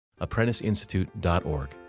apprenticeinstitute.org